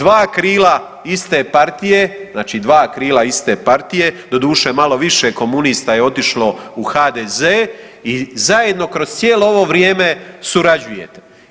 Dva krila iste partije, znači dva krila iste partije, doduše, malo više komunista je otišlo u HDZ i zajedno kroz cijelo ovo vrijeme surađujete.